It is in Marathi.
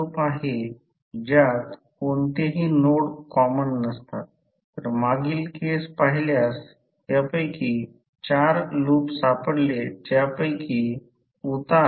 तर आता हिस्टेरेसिसमुळे होणारा पॉवर लॉस हे प्रत्यक्षात एक empirical formula Ph Kh f Bmaxn V watt आहे